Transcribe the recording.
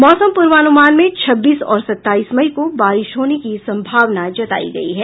मौसम पूर्वानुमान में छब्बीस और सत्ताईस मई को बारिश होने की संभावना जतायी गयी है